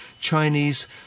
Chinese